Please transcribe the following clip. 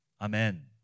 Amen